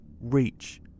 Reach